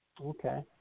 okay